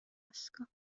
ysgol